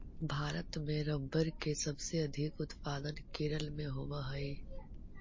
भारत में रबर के सबसे अधिक उत्पादन केरल में होवऽ हइ